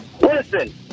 Listen